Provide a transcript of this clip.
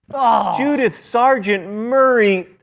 judith sargent murray?